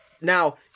Now